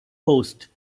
post